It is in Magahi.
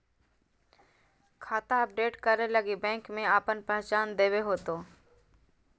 खाता अपडेट करे लगी बैंक में आपन पहचान देबे होतो